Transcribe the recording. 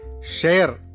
share